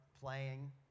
playing